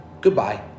Goodbye